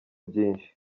byinshi